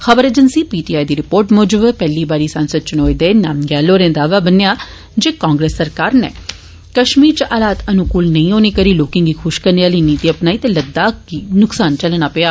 खबर agency PTI दी report मुजब पैहली बारी सांसद चुनौए दे नामग्याल होरें दावा बन्नेआ ऐ जे कांग्रेस सरकार नै कश्मीर इच हालात अनुकूल नेई होने करी लोकें गी खुश करने आली नीति अपनाई ते लद्दाख गी नुकसान झल्लना पेआ